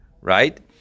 right